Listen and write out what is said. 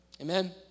Amen